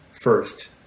first